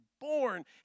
born